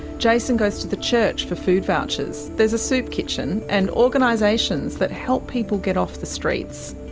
jason goes to the church for food vouchers, there's a soup kitchen and organisations that help people get off the streets.